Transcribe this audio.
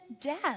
death